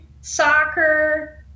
soccer